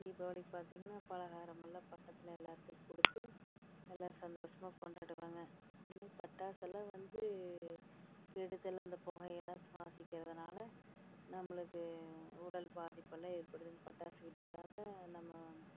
தீபாவளிக்கு பார்த்திங்கன்னா பலகாரமெல்லாம் பக்கத்தில் எல்லாத்துக்கும் கொடுத்து நல்லா சந்தோஷமாக கொண்டாடுவாங்க இன்னும் பட்டாசெல்லாம் வந்து கெடுதல் அந்த புகையெல்லாம் சுவாசிக்கிறதுனால நம்மளுக்கு உடல் பாதிப்பெல்லாம் ஏற்படுதுங்க பட்டாசு வெடிக்காத நம்ம